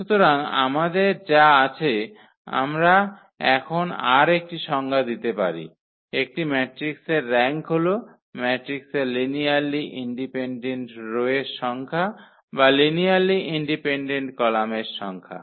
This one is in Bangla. সুতরাং আমাদের যা আছে আমরা এখন আর একটি সংজ্ঞা দিতে পারি একটি ম্যাট্রিক্সের র্যাঙ্ক হল ম্যাট্রিক্সে লিনিয়ারলি ইন্ডিপেন্ডেন্ট রো এর সংখ্যা বা লিনিয়ারলি ইন্ডিপেন্ডেন্ট কলামের সংখ্যা